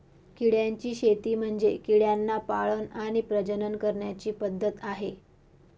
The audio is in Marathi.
किड्यांची शेती म्हणजे किड्यांना पाळण आणि प्रजनन करण्याची पद्धत आहे